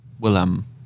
Willem